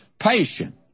patient